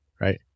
right